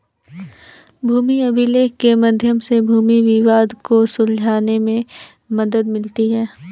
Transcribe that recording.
भूमि अभिलेख के मध्य से भूमि विवाद को सुलझाने में मदद मिलती है